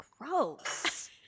Gross